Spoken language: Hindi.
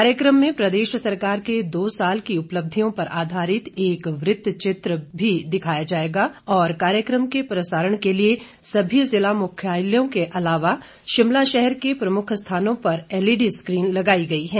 कार्यकम में प्रदेश सरकार के दो साल की उपलब्धियों पर आधारित एक वृत्त चित्र दिखाया जाएगा और कार्यकम के प्रसारण के लिए सभी जिला मुख्यालयों के अलावा शिमला शहर के प्रमुख स्थानों पर एलईडी स्क्रीन लगाई गई हैं